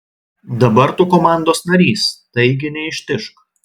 dabar tu komandos narys taigi neištižk